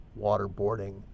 waterboarding